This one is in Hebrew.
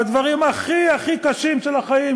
בדברים הכי הכי קשים של החיים,